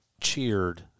cheered